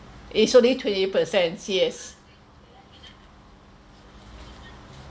it's only twenty percent yes